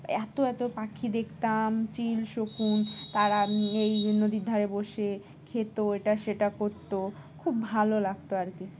এতো এতো পাখি দেখতাম চিল শকুন তারা এই নদীর ধারে বসে খেত এটা সেটা করতো খুব ভালো লাগতো আর কি